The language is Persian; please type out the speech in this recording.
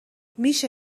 میشه